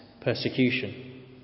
persecution